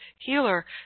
healer